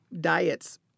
diets